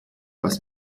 aus